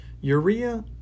urea